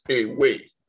away